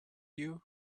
you